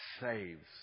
saves